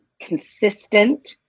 consistent